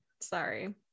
Sorry